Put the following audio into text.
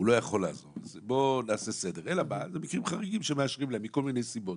אלא במקרים חריגים שמאשרים להם מכל מיני סיבות,